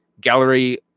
gallery